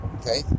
okay